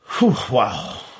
Wow